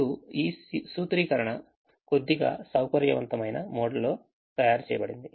ఇప్పుడు ఈ సూత్రీకరణ కొద్దిగా సౌకర్యవంతమైన మోడ్లో తయారు చేయబడింది